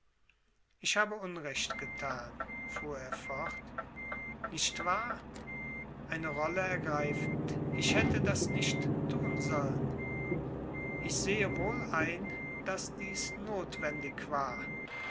ich habe unrecht getan fuhr er fort nicht wahr eine rolle ergreifend ich hätte das nicht tun sollen ich sehe wohl ein daß dies notwendig war